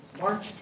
March